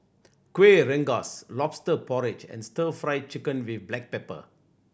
Kuih Rengas Lobster Porridge and Stir Fry Chicken with black pepper